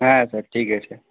হ্যাঁ স্যার ঠিক আছে